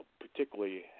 particularly